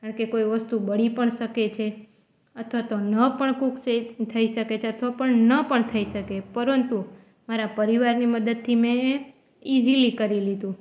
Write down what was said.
અને તે કોઈ વસ્તુ બળી પણ શકે છે અથવા તો ન પણ કૂક સહિત થઈ શકે છે અથવા પણ ન પણ થઈ શકે પરંતુ મારા પરિવારની મદદથી મેં ઈઝીલી કરી લીધું